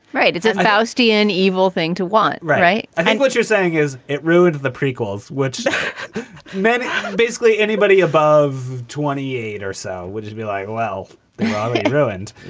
right it's it's but still an evil thing to want, right? i think what you're saying is it ruined the prequels, which meant basically anybody above twenty year. or so would just be like well ruined.